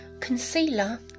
concealer